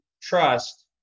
Trust